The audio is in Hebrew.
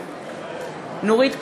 נגד נורית קורן,